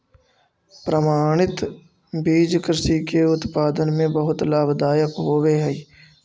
प्रमाणित बीज कृषि के उत्पादन में बहुत लाभदायक होवे हई